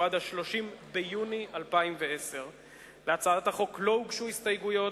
הוא עד 30 ביוני 2010. להצעת החוק לא הוגשו הסתייגויות,